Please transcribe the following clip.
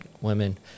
women